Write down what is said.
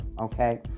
okay